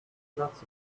nuts